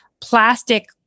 plastic